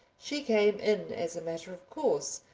she came in as a matter of course,